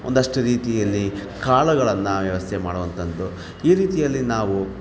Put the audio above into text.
ಒಂದಷ್ಟು ರೀತಿಯಲ್ಲಿ ಕಾಳುಗಳನ್ನು ವ್ಯವಸ್ಥೆ ಮಾಡುವಂಥದ್ದು ಈ ರೀತಿಯಲ್ಲಿ ನಾವು